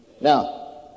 Now